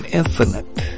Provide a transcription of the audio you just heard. infinite